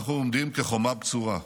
אנחנו עומדים כחומה בצורה.